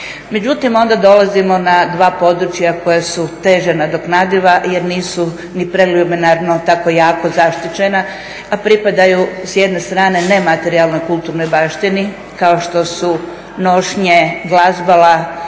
Međutim, onda dolazimo na dva područja koja su teže nadoknadiva jer nisu ni preliminarno tako jako zaštićena a pripadaju s jedne strane nematerijalnoj kulturnoj baštini, kao što su nošnje, glazbala,